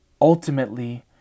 ultimately